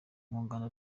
umuganda